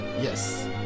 Yes